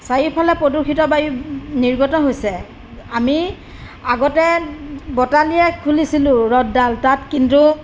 চাৰিওফালে প্ৰদূষিত বায়ু নিৰ্গত হৈছে আমি আগতে বটালিয়ে খুলিছিলোঁ ৰ'দডাল তাত কিন্তু